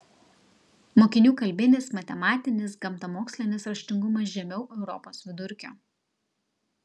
mokinių kalbinis matematinis gamtamokslinis raštingumas žemiau europos vidurkio